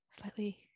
slightly